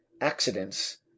accidents